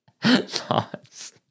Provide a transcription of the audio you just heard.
Thoughts